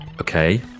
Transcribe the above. okay